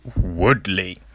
Woodley